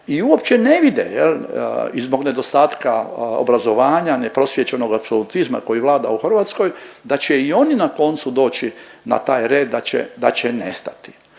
i uopće ne vide jel, i zbog nedostatka obrazovanja, neprosvijećenoga apsolutizma koji vlada u Hrvatskoj, da će i oni na koncu doći na taj red, da će, da će nestati.